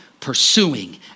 pursuing